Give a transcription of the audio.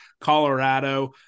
Colorado